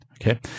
Okay